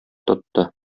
тотты